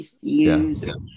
use